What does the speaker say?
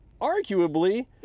arguably